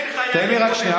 תן לי שנייה,